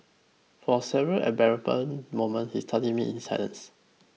for several embarrassing moments he studied me in silence